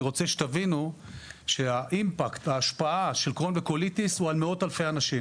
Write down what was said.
אני רוצה שתבינו שההשפעה של קרוהן וקוליטיס היא על מאות-אלפי אנשים.